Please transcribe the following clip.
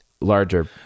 Larger